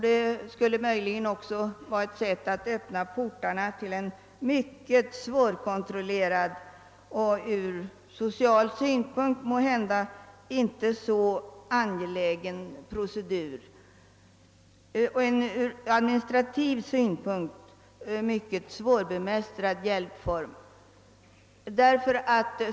Det skulle möjligen också öppna portarna för en mycket svårkontrollerad och ur sociala synpunkter måhända inte så angelägen procedur. Det skulle dessutom bli en ur administrativ synpunkt mycket svårbemästrad hjälpform.